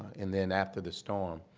and then after the storm,